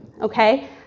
okay